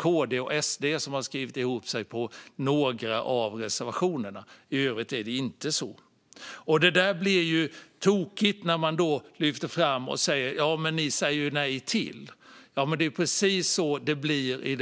KD och SD har skrivit ihop sig på några av reservationerna, men i övrigt är det inte så. Det blir tokigt när man lyfter fram detta och säger: Ni säger ju nej till det här. Det är precis så det blir i